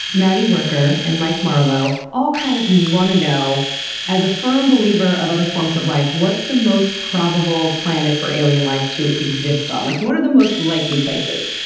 madi worker and mike marlow all kind of want to know as a firm believer of other forms of life, what's the most probable planet for alien life to exist on? like, what are the most likely places?